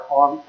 on